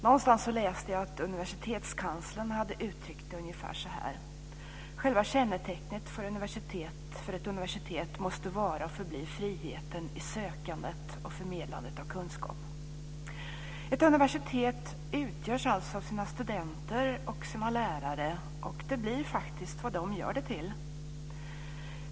Någonstans läste jag att universitetskanslern hade uttryckt det ungefär så här: Själva kännetecknet för ett universitet måste vara och förbli friheten i sökandet och förmedlandet av kunskap. Ett universitet utgörs alltså av sina studenter och sina lärare, och det blir faktiskt vad de gör det till.